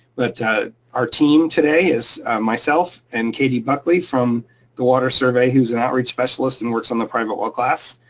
but our team today is myself and katie buckley from the water survey, who's an outreach specialist and works on the private well class.